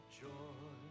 joy